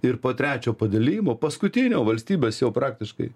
ir po trečio padalijimo paskutinio valstybės jau praktiškai